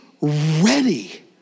ready